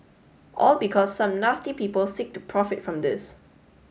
all because some nasty people seek to profit from this